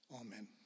Amen